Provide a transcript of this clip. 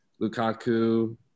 Lukaku